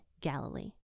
Galilee